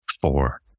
Four